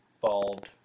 bald